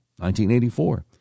1984